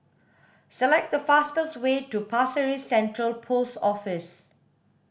select the fastest way to Pasir Ris Central Post Office